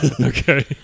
Okay